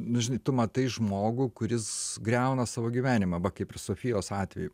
nu žinai tu matai žmogų kuris griauna savo gyvenimą va kaip ir sofijos atveju